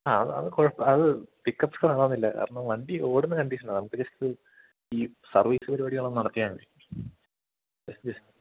ആ അത് അത് കുഴപ്പം അത് പിക്കപ്സ്സ് വേണമെന്നില്ല കാരണം വണ്ടി ഓടുന്ന കണ്ടീഷനിലാണ് നമുക്ക് ജസ്റ്റ് ഈ സർവീസ്സ് പരിപാടികൾ ഒന്ന് നടത്തിയാൽ മതി യെസ് യെസ്